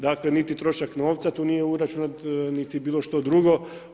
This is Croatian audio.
Dakle niti trošak novca tu nije uračunat niti bilo šta drugo.